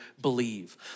believe